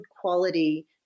quality